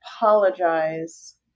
apologize